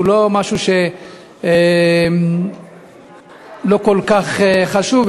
הוא לא משהו לא כל כך חשוב,